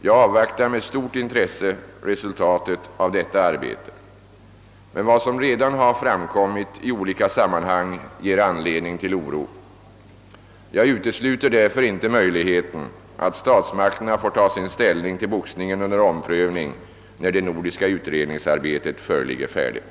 Jag avvaktar med stort intresse resultatet av detta arbete, men vad som redan har framkommit i olika sammanhang ger anledning till oro. Jag utesluter därför inte möjligheten att statsmakterna får ta sin ställning till boxningen under omprövning, när det nordiska utredningsarbetet föreligger färdigt.